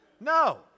No